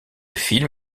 film